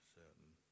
certain